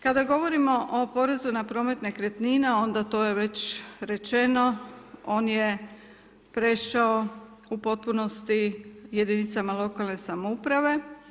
Kada govorimo o porezu na promet nekretnina, onda to je već rečeno, on je prešao u potpunosti jedinicama lokalne samouprave.